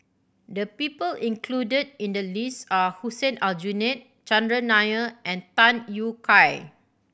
the people included in the list are Hussein Aljunied Chandran Nair and Tham Yui Kai